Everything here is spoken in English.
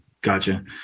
gotcha